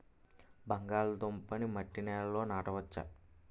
బంగాళదుంప నీ మట్టి నేలల్లో నాట వచ్చా?